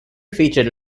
featured